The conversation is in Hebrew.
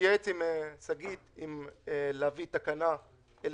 נתייעץ עם שגית אם להביא אליכם תקנה בנפרד